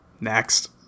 Next